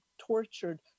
tortured